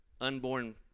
unborn